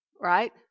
right